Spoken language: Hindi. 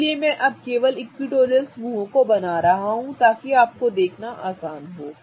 इसलिए मैं अब केवल इक्विटोरियल समूहों को बना रहा हूं ताकि आपके लिए देखना आसान हो